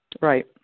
Right